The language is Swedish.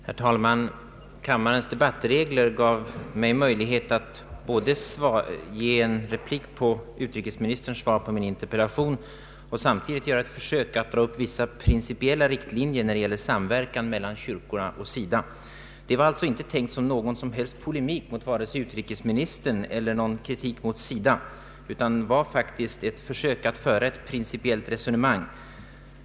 Herr talman! Kammarens debattregler gav mig möjlighet att både ge en replik på utrikesministerns svar på min interpellation och samtidigt göra ett försök att dra upp vissa principiella riktlinjer när de gäller samverkan mellan kyrkorna och SIDA. Mitt inlägg var alltså inte tänkt vare sig som polemik mot utrikesministern eller som kritik mot SIDA, utan det var faktiskt ett försök att föra ett principiellt resonemang.